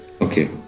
okay